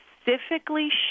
specifically